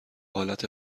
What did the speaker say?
حالت